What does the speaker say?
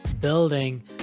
building